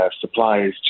supplies